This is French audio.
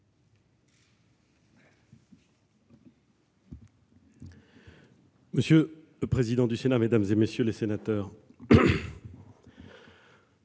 Monsieur le président du Sénat, mesdames, messieurs les sénateurs,